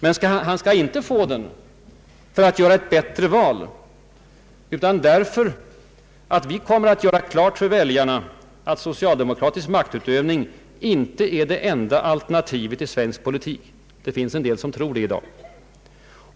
Men han skall inte få den för att göra ett bättre val utan därför att vi kommer att göra klart för väljarna att socialdemokratisk maktutövning inte är det enda alternativet i svensk politik; det finns en del som tror det i dag.